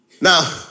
Now